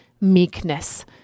meekness